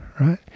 right